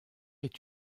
est